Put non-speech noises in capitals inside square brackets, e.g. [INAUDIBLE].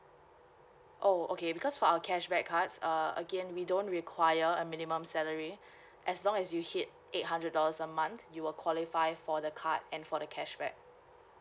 oh okay because for our cashback cards err again we don't require a minimum salary [BREATH] as long as you hit eight hundred dollars a month you will qualify for the card and for the cashback